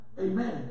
Amen